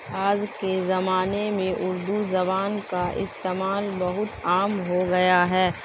آج کے زمانے میں اردو زبان کا استعمال بہت عام ہو گیا ہے